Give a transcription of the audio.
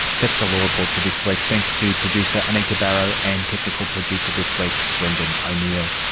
that's the law report for this week. thanks to producer anita barraud, and technical producer this week brendan o'neill.